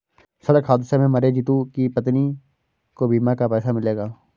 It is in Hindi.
सड़क हादसे में मरे जितू की पत्नी को बीमा का पैसा मिलेगा